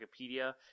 Wikipedia